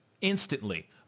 instantly